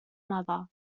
mother